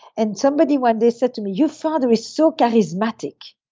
and somebody one day said to me, your father is so charismatic.